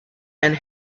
and